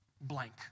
blank